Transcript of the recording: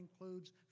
includes